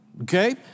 Okay